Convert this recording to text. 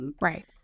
Right